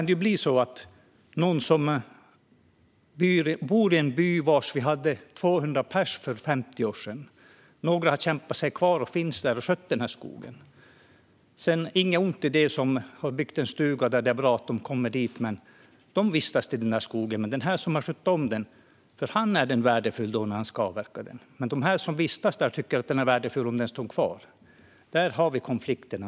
Det kan finnas en by där det bodde 200 personer för 50 år sedan. Några har kämpat sig kvar och har skött skogen. Det är inget ont i att det kommer några som bygger en stuga där och vistas i skogen - det är bra att de kommer dit. Men för dem som har skött skogen är den värdefull när den ska avverkas, medan de som vistas där tycker att den är värdefull om den står kvar. Där har vi konflikten.